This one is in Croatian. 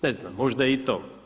Ne znam možda je i to.